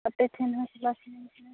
ᱟᱯᱮ ᱴᱷᱮᱱ ᱦᱚᱸ